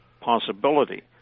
possibility